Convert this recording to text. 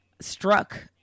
struck